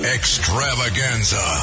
Extravaganza